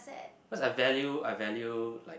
cause I value I value like